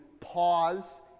Pause